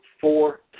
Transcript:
four